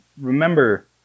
remember